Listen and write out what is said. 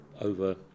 over